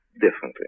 differently